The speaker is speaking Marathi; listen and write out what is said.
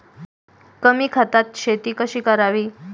कमी खतात शेती कशी करावी?